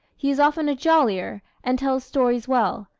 he is often a jollier and tells stories well,